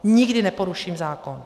Nikdy neporuším zákon.